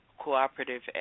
cooperative